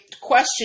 question